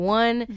one